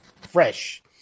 fresh